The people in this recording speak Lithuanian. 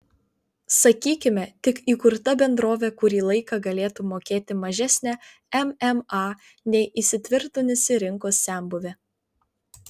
sakykime tik įkurta bendrovė kurį laiką galėtų mokėti mažesnę mma nei įsitvirtinusi rinkos senbuvė